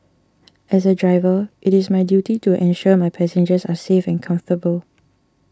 as a driver it is my duty to ensure my passengers are safe and comfortable